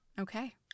Okay